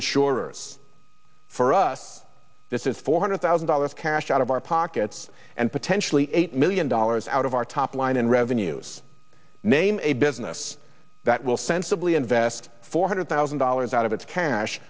insurers for us this is four hundred thousand dollars cash out of our pockets and potentially eight million dollars out of our top line in revenues naming a business that will sensibly invest four hundred thousand dollars out of its cash